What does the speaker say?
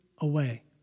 away